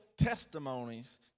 testimonies